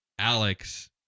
Alex